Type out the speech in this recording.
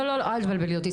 לא, אל תבלבלי אותי.